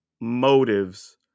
motives